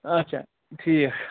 آچھا ٹھیٖک